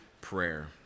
prayer